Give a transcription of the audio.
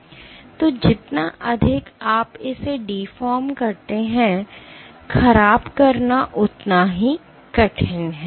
तो जितना अधिक आप इसे deform करते हैं ख़राब करना उतना ही कठिन है